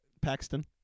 Paxton